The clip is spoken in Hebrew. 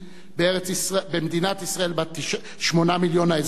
במדינת ישראל בת 8 מיליון האזרחים.